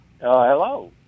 hello